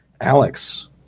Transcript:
Alex